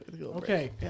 Okay